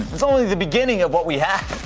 it's only the beginning of what we have.